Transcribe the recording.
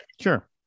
Sure